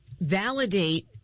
validate